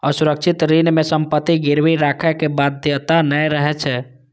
असुरक्षित ऋण मे संपत्ति गिरवी राखै के बाध्यता नै रहै छै